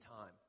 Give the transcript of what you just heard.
time